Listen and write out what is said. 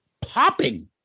popping